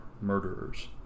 murderers